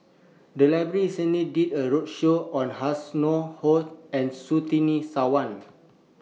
The Library recently did A roadshow on Ho and Surtini Sarwan